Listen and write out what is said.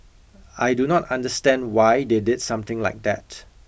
I do not understand why they did something like that